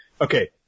okay